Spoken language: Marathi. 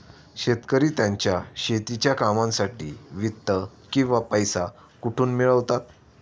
शेतकरी त्यांच्या शेतीच्या कामांसाठी वित्त किंवा पैसा कुठून मिळवतात?